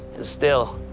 still,